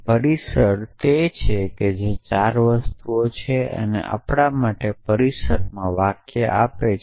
premises તે છે જે 4 વસ્તુઓ છે જે આપણા માટે પ્રિમીસિસમાં વાક્ય આપે છે